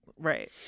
Right